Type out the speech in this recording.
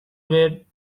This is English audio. way